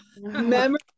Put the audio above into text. memory